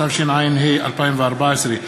התשע"ה 2014,